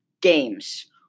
games